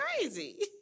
crazy